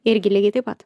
irgi lygiai taip pat